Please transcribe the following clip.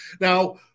Now